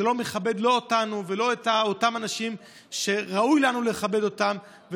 זה לא מכבד לא אותנו ולא את אותם אנשים שראוי לנו לכבד אותם,